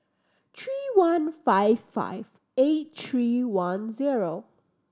three one five five eight three one zero